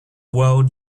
world